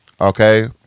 Okay